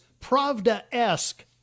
pravda-esque